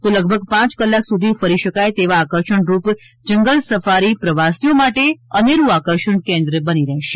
તો લગભગ પાંચ કલાક સુધી ફરી શકાય એવા આકર્ષણ રૂપ જંગલ સફારી પ્રવાસીઓ માટે અનેરૂ આકર્ષણ કેન્દ્ર બની રહેશે